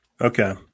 Okay